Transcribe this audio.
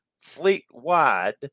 fleet-wide